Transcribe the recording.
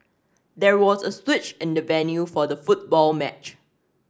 there was a switch in the venue for the football match